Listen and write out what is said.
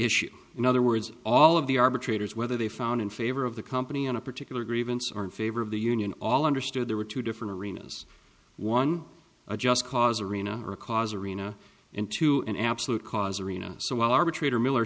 issue in other words all of the arbitrator's whether they found in favor of the company on a particular grievance or in favor of the union all understood there were two different arenas one a just cause arena or a cause arena into an absolute cause arena so well arbitrator miller